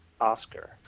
Oscar